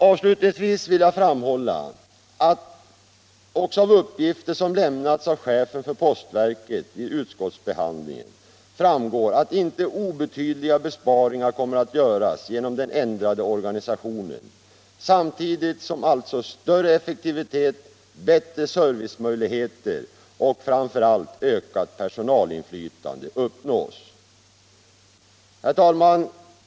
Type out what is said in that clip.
Avslutningsvis vill jag framhålla att av uppgifter som lämnats av chefen för postverket vid utskottsbehandlingen framgår, att inte obetydliga besparingar kommer att göras genom den ändrade organisationen samtidigt som alltså större effektivitet, bättre servicemöjligheter och ökat perso nalinflytande uppnås. Herr tafman!